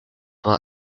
well